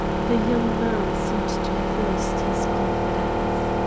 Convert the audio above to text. the young man seemed to have lost his confidence.